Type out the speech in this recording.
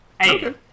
Hey